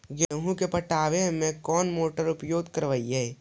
गेंहू के पटवन में कौन मोटर उपयोग करवय?